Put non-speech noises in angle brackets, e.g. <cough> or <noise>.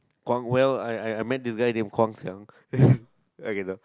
Guang well I I I meant is there anyone called Guang-Xiang <laughs> okay no <breath>